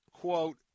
quote